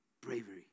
bravery